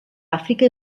àfrica